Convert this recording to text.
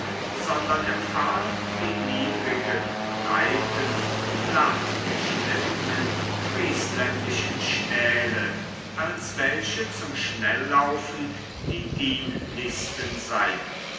sondern empfahl die niedrigen breiten flachgeschliffenen friesländischen stähle als welche zum schnellaufen die dienlichsten seien